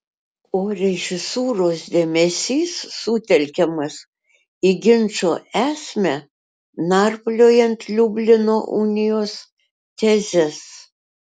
o režisūros dėmesys sutelkiamas į ginčo esmę narpliojant liublino unijos tezes